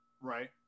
Right